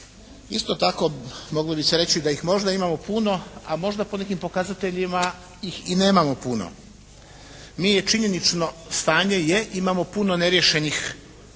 isto tako moglo bi se reći da ih možda imamo puno, a možda po nekim pokazateljima ih i nemamo puno. …/Govornik se ne razumije./… činjenično stanje je, imamo puno neriješenih